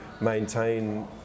maintain